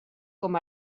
com